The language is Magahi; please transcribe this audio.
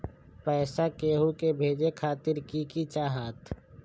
पैसा के हु के भेजे खातीर की की चाहत?